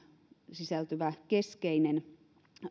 sisältyvä keskeinen